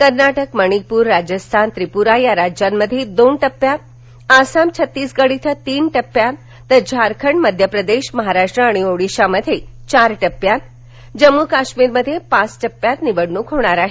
कर्नाटक मणिपूर राजस्थान त्रिपूरा या राज्यांमध्ये दोन टप्प्यात आसाम छत्तीसगड कें तीन टप्प्यात तर झारखंड मध्यप्रदेश महाराष्ट्र आणि ओडिशामध्ये चार टप्प्यात तर जम्मूकाश्मीर मध्ये पाच टप्प्यात निवडणूक होणार आहे